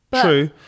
true